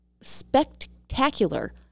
spectacular